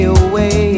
away